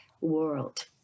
world